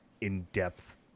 in-depth